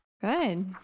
Good